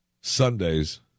Sundays